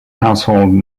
household